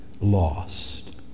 lost